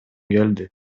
келди